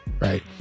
right